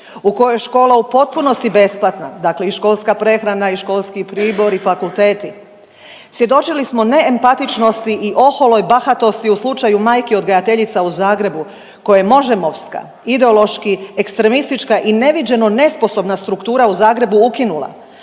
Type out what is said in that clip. u kojoj je škola u potpunosti besplatna, dakle i školska prehrana i školski pribor i fakulteti? Svjedočili smo ne empatičnosti i oholoj bahatosti u slučaju majki odgajateljica u Zagrebu koje je Možemovska ideološki ekstremistička i neviđeno nesposobna struktura u Zagrebu ukinula,